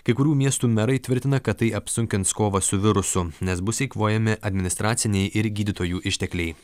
kai kurių miestų merai tvirtina kad tai apsunkins kovą su virusu nes bus eikvojami administraciniai ir gydytojų ištekliai